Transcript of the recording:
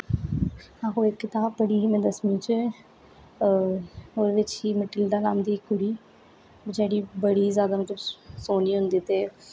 ओह् इक किताब पढ़ी ही में दसमीं च ओह्दे बिच ही मटिलडा नाम दी इक कुड़ी जेह्ड़ी बड़ी जादा मतलब सोहनी होंदी ते